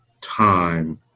time